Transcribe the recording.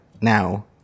now